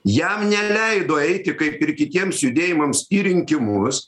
jam neleido eiti kaip ir kitiems judėjimams į rinkimus